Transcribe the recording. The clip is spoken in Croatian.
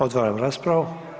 Otvaram raspravu.